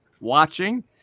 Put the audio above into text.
watching